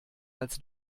als